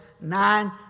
nine